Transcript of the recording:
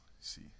See